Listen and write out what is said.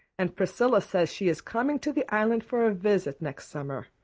and priscilla says she is coming to the island for a visit next summer,